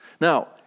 Now